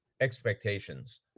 expectations